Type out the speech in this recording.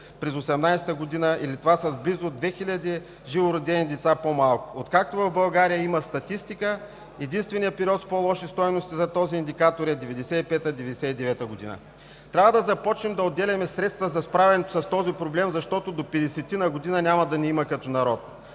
през 2018 г. или това са близо 2000 живородени деца по-малко. Откакто в България има статистика, единственият период с по-лоши стойности за този индикатор е 1995 – 1999 г. Трябва да започнем да отделяме средства за справянето с този проблем, защото до петдесетина години няма да ни има като народ.